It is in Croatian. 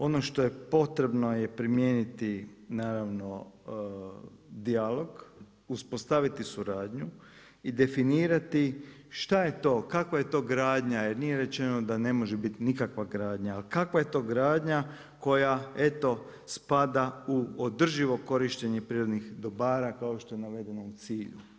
Ono što je potrebno primijeniti naravno dijalog, uspostaviti suradnju i definirati šta je to, kakva je to gradnja jer nije rečeno da ne može biti nikakva gradnja ali kakva je to gradnja koja eto spada u održivo korištenje prirodnih dobara kao što je navedeno u cilju.